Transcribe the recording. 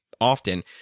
often